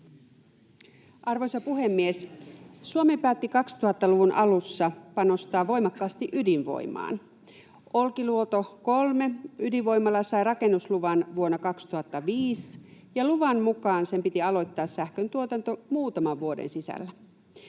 Arvoisa puhemies! Suomi päätti 2000‑luvun alussa panostaa voimakkaasti ydinvoimaan. Olkiluoto 3 ‑ydinvoimala sai rakennusluvan vuonna 2005, ja luvan mukaan sen piti aloittaa sähköntuotanto muutaman vuoden sisällä.